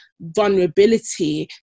vulnerability